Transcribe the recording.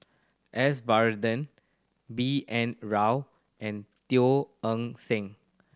S Varathan B N Rao and Teo Eng Seng